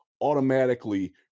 automatically